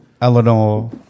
Eleanor